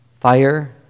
fire